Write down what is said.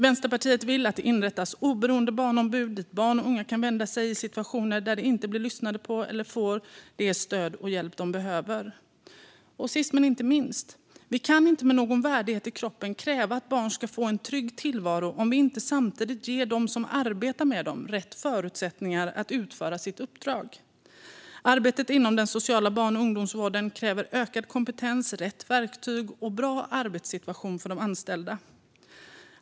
Vänsterpartiet vill att det inrättas oberoende barnombud dit barn och unga kan vända sig i situationer där de inte blir lyssnade på eller får det stöd och den hjälp de behöver. Sist men inte minst kan vi inte med någon värdighet i kroppen kräva att barn ska få en trygg tillvaro om vi inte samtidigt ger dem som arbetar med barnen rätt förutsättningar att utföra sitt uppdrag. Arbetet inom den sociala barn och ungdomsvården kräver ökad kompetens, rätt verktyg och en bra arbetssituation för de anställda.